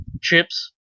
chips